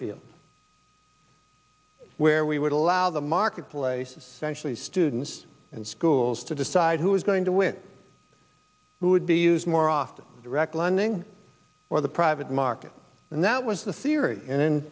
field where we would allow the marketplace actually students and schools to decide who is going to win who would be used more often direct lending or the private market and that was the theory and then